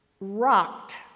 rocked